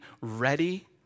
ready